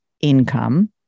income